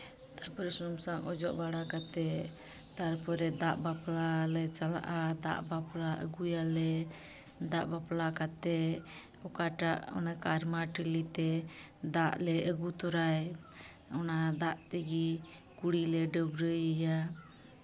ᱛᱟᱨᱯᱚᱨᱮ ᱥᱩᱱᱩᱢ ᱥᱟᱥᱟᱝ ᱚᱡᱚᱜ ᱵᱟᱲᱟ ᱠᱟᱛᱮᱫ ᱛᱟᱨᱯᱚᱨᱮ ᱫᱟᱜ ᱵᱟᱯᱞᱟ ᱞᱮ ᱪᱟᱞᱟᱜᱼᱟ ᱫᱟᱜ ᱵᱟᱯᱞᱟ ᱟᱹᱜᱩᱭᱟᱞᱮ ᱫᱟᱜ ᱵᱟᱯᱞᱟ ᱠᱟᱛᱮᱫ ᱚᱠᱟᱴᱟᱜ ᱠᱟᱨᱢᱟ ᱴᱷᱤᱞᱤ ᱛᱮ ᱫᱟᱜ ᱞᱮ ᱟᱹᱜᱩ ᱛᱚᱨᱟᱭ ᱚᱱᱟ ᱫᱟᱜ ᱛᱮᱜᱮ ᱠᱩᱲᱤᱞᱮ ᱰᱟᱹᱵᱽᱨᱟᱹᱭᱮᱭᱟ